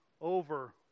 over